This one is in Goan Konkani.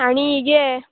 आनी ही गे